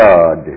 God